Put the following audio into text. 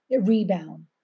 rebound